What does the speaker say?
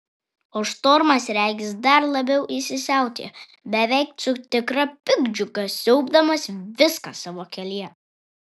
o štormas regis dar labiau įsisiautėjo beveik su tikra piktdžiuga siaubdamas viską savo kelyje